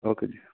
okay ਜੀ